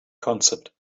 concept